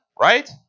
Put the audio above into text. right